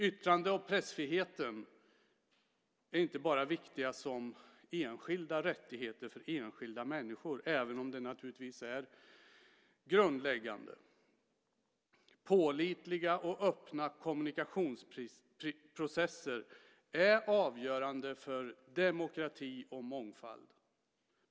Yttrande och pressfriheterna är inte bara viktiga som enskilda rättigheter för enskilda människor, även om det naturligtvis är grundläggande. Pålitliga och öppna kommunikationsprocesser är avgörande för demokrati och mångfald.